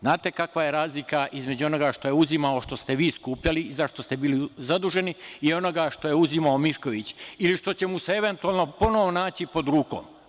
Znate li kakva je razlika između onoga što je uzimao, što ste vi skupljali i za šta ste bili zaduženi i onoga što je uzimao Mišković, ili što će mu se eventualno ponovo naći pod rukom?